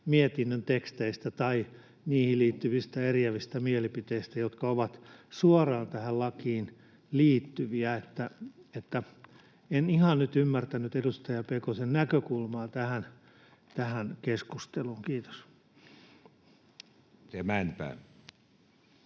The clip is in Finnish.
mietinnön teksteistä tai niihin liittyvistä eriävistä mielipiteistä, jotka ovat suoraan tähän lakiin liittyviä. En ihan nyt ymmärtänyt edustaja Pekosen näkökulmaa tähän keskusteluun. — Kiitos.